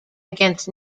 against